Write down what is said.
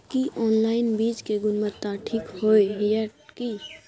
की online बीज के गुणवत्ता ठीक होय ये की?